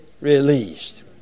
released